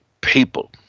people